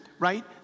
right